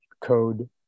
code